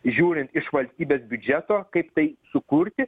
žiūrint iš valstybės biudžeto kaip tai sukurti